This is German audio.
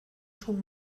schon